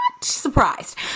surprised